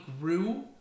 grew